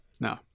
No